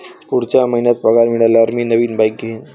पुढच्या महिन्यात पगार मिळाल्यावर मी नवीन बाईक घेईन